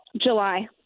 July